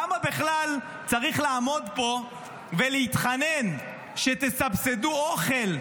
למה בכלל צריך לעמוד פה ולהתחנן שתסבסדו אוכל,